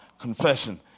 confession